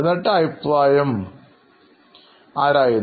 എന്നിട്ട് അവരുടെ അഭിപ്രായം അറിയുന്നു